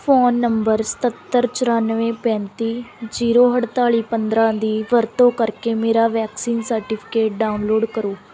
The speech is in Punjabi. ਫ਼ੋਨ ਨੰਬਰ ਸਤੱਤਰ ਚੁਰਾਨਵੇਂ ਪੈਂਤੀ ਜੀਰੋ ਅਠਤਾਲੀ ਪੰਦਰਾਂ ਦੀ ਵਰਤੋਂ ਕਰਕੇ ਮੇਰਾ ਵੈਕਸੀਨ ਸਰਟੀਫਿਕੇਟ ਡਾਊਨਲੋਡ ਕਰੋ